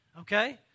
Okay